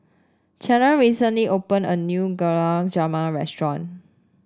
Charlize recently opened a new Gulab Jamun restaurant